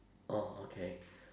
orh okay